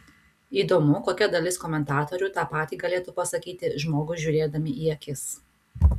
įdomu kokia dalis komentatorių tą patį galėtų pasakyti žmogui žiūrėdami į akis